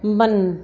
मन